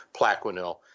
plaquenil